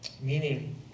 meaning